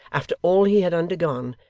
after all he had undergone,